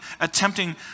attempting